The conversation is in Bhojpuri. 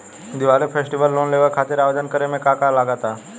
दिवाली फेस्टिवल लोन लेवे खातिर आवेदन करे म का का लगा तऽ?